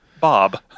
Bob